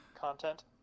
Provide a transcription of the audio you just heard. Content